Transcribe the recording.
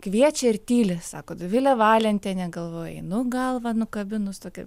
kviečia ir tyli sako dovilė valentienė galvoji nu galvą nukabinus tokia